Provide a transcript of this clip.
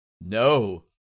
No